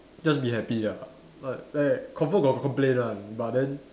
just be happy lah like like confirm got complain one but then